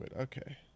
Okay